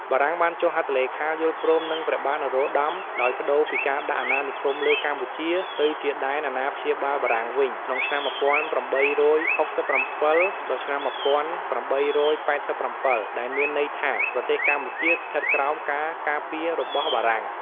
បារាំងបានចុះហត្ថលេខាយល់ព្រមនិង ព្រះបាទនរោត្តម ដោយប្ដូរពីការដាក់អណានិគមលើកម្ពុជា ទៅជាដែនអណាព្យាបាលបារាំងវិញ ក្នុងឆ្នាំ ១៨៦៧ ដល់ឆ្នាំ ១៨៨៧ដែលមានន័យថា ប្រទេសកម្ពុជាស្ថិតក្រោមការ ការពាររបស់បារាំង ។